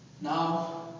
now